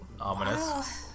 Ominous